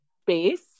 space